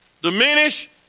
Diminish